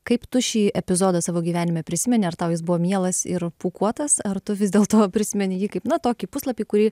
kaip tu šį epizodą savo gyvenime prisimeni ar tau jis buvo mielas ir pūkuotas ar tu vis dėl to prisimeni jį kaip na tokį puslapį kurį